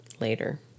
later